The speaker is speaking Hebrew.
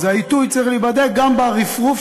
העיתוי צריך להיבדק גם ברפרוף,